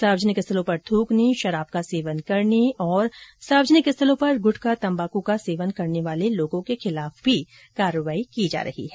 सार्वजनिक स्थलों पर थ्रकने शराब का सेवन करने और सार्वजनिक स्थलों पर गुटखा तम्बाकू का सेवन करने वाले व्यक्तियों के खिलाफ भी कार्यवाही की जा रही है